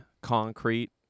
concrete